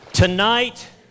Tonight